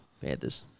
Panthers